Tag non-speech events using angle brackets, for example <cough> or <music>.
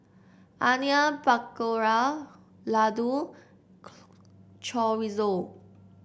Onion Pakora Ladoo <unintelligible> Chorizo